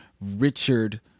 Richard